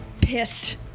pissed